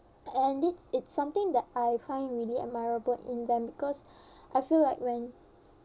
and it's it's something that I find really admirable in them because I feel like when